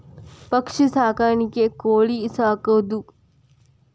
ಪಕ್ಷಿ ಸಾಕಾಣಿಕೆ ಕೋಳಿ ಸಾಕುದು